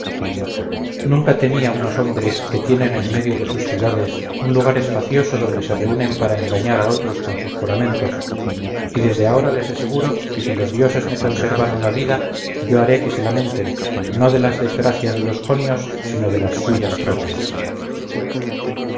nunca temí a unos hombres que tienen en medio de sus ciudades un lugar espacioso donde se reúnen para engañar a otros con sus juramentos y desde ahora les aseguro que si los dioses me conservaron la vida yo haré que se lamenten no de las desgracias de los jonios sino de las suyas propias